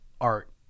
art